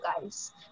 guys